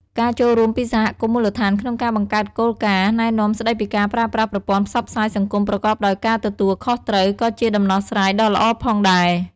ការចូលរួមពីសហគមន៍មូលដ្ឋានក្នុងការបង្កើតគោលការណ៍ណែនាំស្តីពីការប្រើប្រាស់ប្រព័ន្ធផ្សព្វផ្សាយសង្គមប្រកបដោយការទទួលខុសត្រូវក៏ជាដំណោះស្រាយដ៏ល្អផងដែរ។